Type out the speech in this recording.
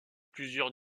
plusieurs